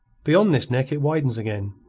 beyond this neck it widens again,